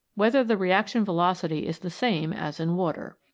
whether the reaction velocity is the same as in water.